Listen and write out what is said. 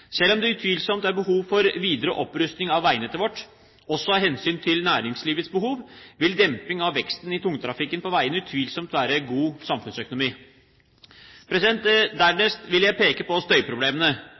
Selv om det utvilsomt er behov for videre opprustning av veinettet vårt, også av hensyn til næringslivets behov, vil demping av veksten i tungtrafikken på veiene utvilsomt være god samfunnsøkonomi.